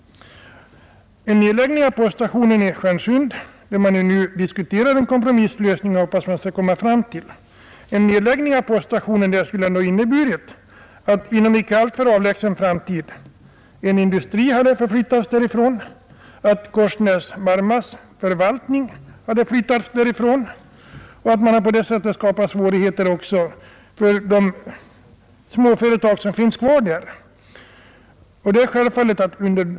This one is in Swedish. En nedläggning av poststationen i Stjärnsund, där man nu diskuterar och hoppas på en kompromisslösning, skulle kunna innebära att inom en inte alltför avlägsen framtid en industri förflyttas därifrån och att Korsnäs-Marma AB:s förvaltning förläggs till en annan plats, liksom också att svårigheter skapas för bygdens befolkning i övrigt.